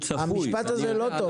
המשפט הזה לא טוב.